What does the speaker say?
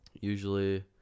Usually